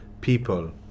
people